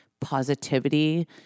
positivity